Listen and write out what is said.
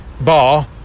bar